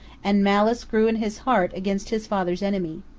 and malice grew in his heart against his father's enemy.